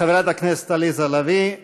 חברת הכנסת עליזה לביא,